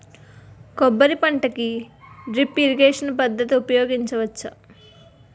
కొబ్బరి పంట కి డ్రిప్ ఇరిగేషన్ పద్ధతి ఉపయగించవచ్చా?